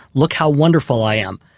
look how wonderful i am.